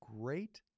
great